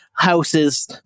houses